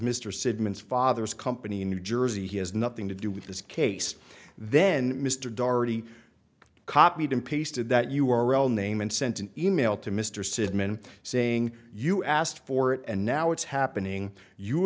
mr sigman is father's company in new jersey he has nothing to do with this case then mr dorothy copied and pasted that u r l name and sent an email to mr cid men saying you asked for it and now it's happening you